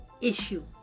issue